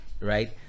right